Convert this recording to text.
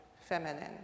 feminine